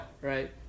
right